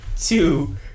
Two